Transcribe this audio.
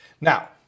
now